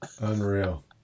Unreal